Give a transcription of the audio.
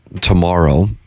tomorrow